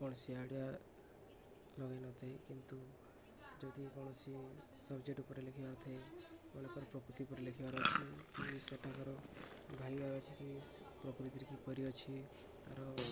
କୌଣସି ଆଇଡ଼ିଆ ଲଗେଇନଥାଏ କିନ୍ତୁ ଯଦି କୌଣସି ସବଜେକ୍ଟ ଉପରେ ଲେଖିବାର ନ ଥାଏ ମାନେ ପ୍ରକୃତି ଉପରେ ଲେଖିବାର ଅଛି କି ସେଠାକାର ଭାଇ ଭାଇ ଅଛି କି ପ୍ରକୃତିରେ କି ପରି ଅଛି ତା'ର